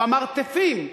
במרתפים,